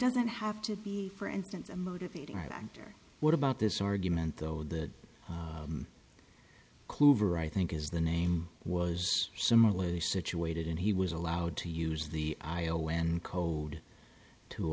doesn't have to be for instance a motivating factor what about this argument though that coover i think is the name was similarly situated and he was allowed to use the i o n code to